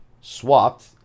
swapped